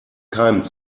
keimen